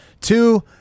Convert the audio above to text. two